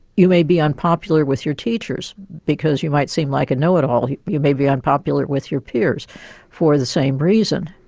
you may be unpopular with your teachers because you might seem like a know-it-all you may be unpopular with your peers for the same reason.